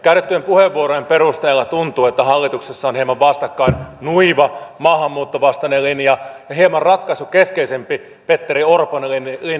käytettyjen puheenvuorojen perusteella tuntuu että hallituksessa ovat hieman vastakkain nuiva maahanmuuttovastainen linja ja hieman ratkaisukeskeisempi petteri orpon linja